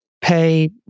pay